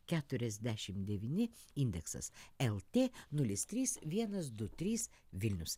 keturiasdešim devyni indeksas lt nulis trys vienas du trys vilnius